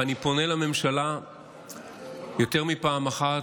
ואני פונה לממשלה יותר מפעם אחת,